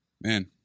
Man